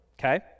okay